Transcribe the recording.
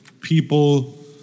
people